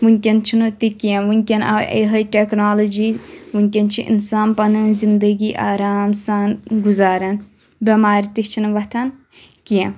وٕنٛکؠن چھنہٕ تہِ کینٛہہ وٕنٛکؠن آیہِ یِہٕے ٹؠکنالجِی وٕنٛکؠن چھ اِنسان پَنٛنۍ زِنٛدگی آرام سان گُزاران بؠمارِ تہِ چھنہٕ وۄتھان کینٛہہ